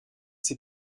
sait